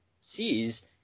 sees